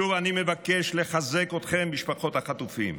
שוב אני מבקש לחזק אתכן, משפחות החטופים.